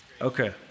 Okay